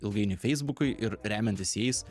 ilgainiui feisbukui ir remiantis jais